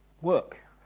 Work